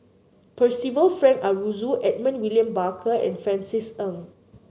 Percival Frank Aroozoo Edmund William Barker and Francis Ng